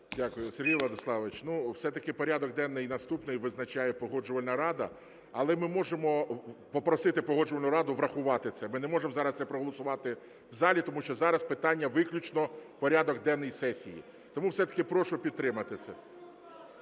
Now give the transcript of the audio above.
Дякую. Сергій Владиславович, ну, все-таки порядок денний наступний визначає Погоджувальна рада, але ми можемо попросити Погоджувальну раду врахувати це. Ми не можемо зараз це проголосувати в залі, тому що зараз питання – виключно порядок денний сесії. Тому все-таки прошу підтримати це.